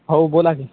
हो बोला की